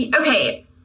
Okay